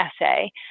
essay